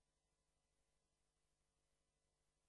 טוב חברים, היות